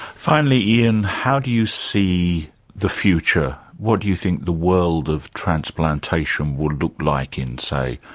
finally, ian, how do you see the future? what do you think the world of transplantation would look like in, say,